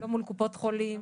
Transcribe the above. לא מול קופות חולים,